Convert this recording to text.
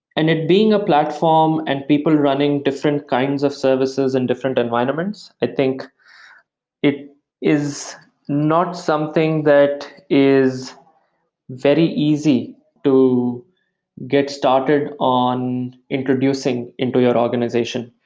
and it being a platform and people running different kinds of services in different environments, i think it is not something that is very easy to get started on introducing into your organization.